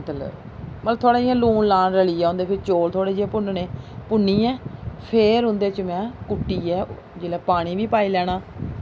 मतलब थोह्ड़ा इ'यां लून लान रली जा उं'दे च चौल थोह्ड़े जेह् भुन्नने भुन्नियै फ्ही उं'दे च में कुट्टियै जिस बेल्लै पानी बी पाई लैना